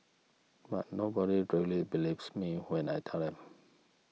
but nobody really believes me when I tell them